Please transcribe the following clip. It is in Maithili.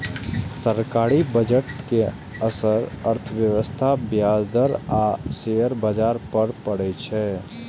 सरकारी बजट के असर अर्थव्यवस्था, ब्याज दर आ शेयर बाजार पर पड़ै छै